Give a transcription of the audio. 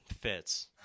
fits